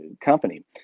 company